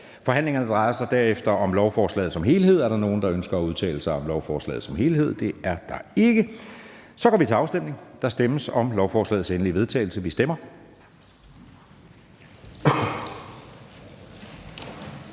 Forhandlingen drejer sig derefter om lovforslaget som helhed. Er der nogen, der ønsker at udtale sig om lovforslaget som helhed? Det er der ikke, og så går vi til afstemning. Kl. 12:24 Afstemning Anden næstformand